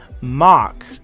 mock